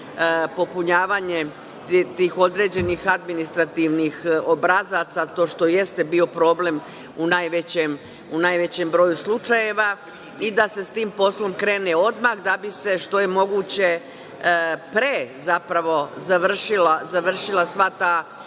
popunjavanje tih određenih administrativnih obrazaca to što jeste bio problem u najvećem broju slučajeva i da se sa tim poslom krene odmah da bi se što je moguće pre završila sva ta